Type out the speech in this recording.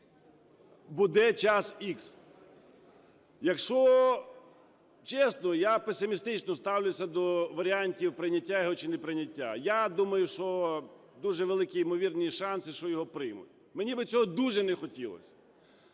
буде час "ікс". Якщо чесно, я песимістично ставлюся до варіантів прийняття його чи неприйняття. Я думаю, що дуже великі ймовірні шанси, що його приймуть. Мені би цього дуже не хотілось.